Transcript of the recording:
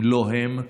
אם לא הם,